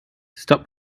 stop